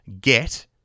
get